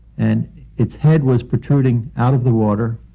and its head was protruding out of the water,